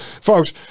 Folks